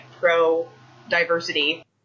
pro-diversity